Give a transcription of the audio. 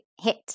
hit